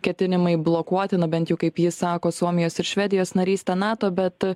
ketinimai blokuoti na bent jau kaip ji sako suomijos ir švedijos narystę nato bet